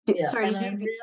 Sorry